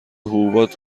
حبوبات